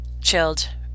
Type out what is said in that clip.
chilled